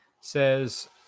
Says